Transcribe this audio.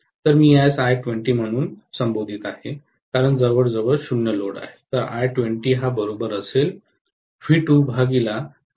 तर मी त्यास I20 म्हणून संबोधित करीत आहे कारण जवळजवळ 0 लोड आहे